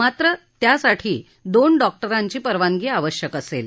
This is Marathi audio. मात्र त्यासाठी दोन डॉक्टरांची परवानगी आवश्यक असेल